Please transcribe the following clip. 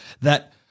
that-